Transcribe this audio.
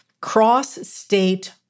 cross-state